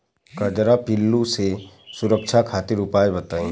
कजरा पिल्लू से सुरक्षा खातिर उपाय बताई?